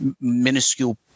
minuscule